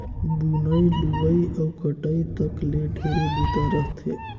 बुनई, लुवई अउ कटई तक ले ढेरे बूता रहथे